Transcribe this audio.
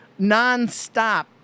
nonstop